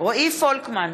רועי פולקמן,